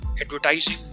advertising